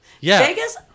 Vegas